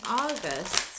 august